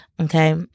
Okay